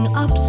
up